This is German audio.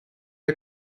der